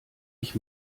ich